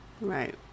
Right